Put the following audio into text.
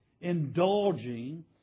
indulging